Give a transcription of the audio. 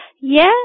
Yes